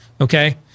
okay